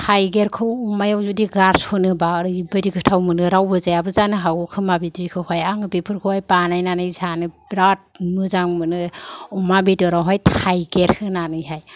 थाइगिरखौ अमायाव जुदि गारसनोबा ओरैबादि गोथाव मोनो रावबो जायाबो जानो हागौ खोमा बिदिखौहाय आङो बेफोरखौहाय बानायनानै जानो बिराद मोजां मोनो अमा बेदरआवहाय थाइगिर होनानैहाय